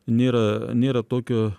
nėra nėra tokio